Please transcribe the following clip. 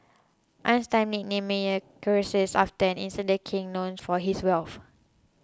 Einstein nicknamed Meyer Croesus after an ancient king known for his wealth